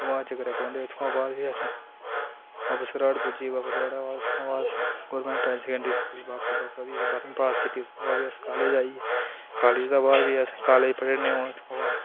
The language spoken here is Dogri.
ओह् हत्थ गलै पौंदे हे उत्थुआं बाद भी अस बप्प सराढ़ पुज्जी गे बप्प सराढ़ा बाद उत्थुआं बाद अस गौरमेंट हाई सैकेंडरी स्कूला दा पढ़ियै बाह्रमीं पास कीती उत्थुआं बाद भी अस कालेज आई गे कालेज दे बाद भी अस कालेज पढ़ै ने हून इत्थुआं